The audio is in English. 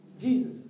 Jesus